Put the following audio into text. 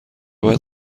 باید